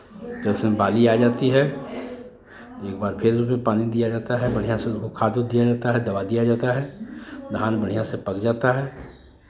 जब उसमें बाली आ जाती है एक बार फिर उसमें पानी दिया जाता है बढ़ियाँ से उसको खाद उद दिया जाता है दवा दिया जाता है धान बढ़ियाँ से पक जाता है